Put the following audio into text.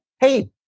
hey